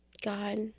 god